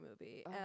movie